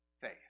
faith